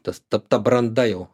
tas ta ta branda jau